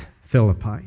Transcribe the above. Philippi